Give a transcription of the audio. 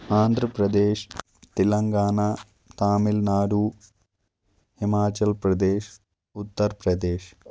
Andhra Pradesh Telangana Tamil Nadu Himachal Pradesh Uttar Pradesh